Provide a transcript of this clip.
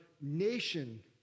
nation